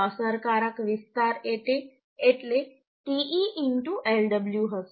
અસરકારક વિસ્તાર એટલે te Lw હશે